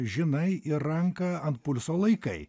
žinai ir ranką ant pulso laikai